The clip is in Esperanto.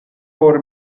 por